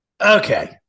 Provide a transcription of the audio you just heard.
Okay